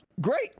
Great